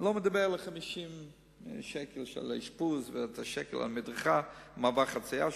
אני לא מדבר על 50 השקלים של האשפוז ועל מדרכה ומעבר חצייה שאמרתי.